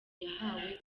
yahawe